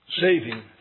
saving